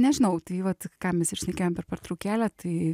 nežinau tai vat ką mes ir šnekėjom per pertraukėlę tai